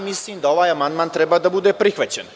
Mislim da ovaj amandman treba da bude prihvaćen.